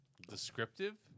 Descriptive